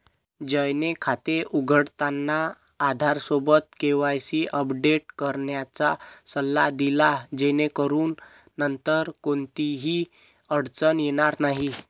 जयने खाते उघडताना आधारसोबत केवायसी अपडेट करण्याचा सल्ला दिला जेणेकरून नंतर कोणतीही अडचण येणार नाही